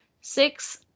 six